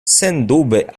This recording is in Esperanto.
sendube